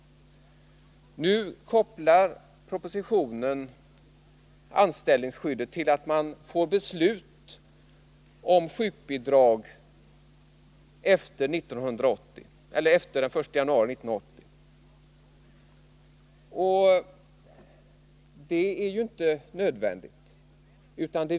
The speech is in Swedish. Nu kopplar propositionen anställningsskyddet bara till dem som får beslut om sjukbidrag efter den 1 januari 1980. Det är ju inte nödvändigt.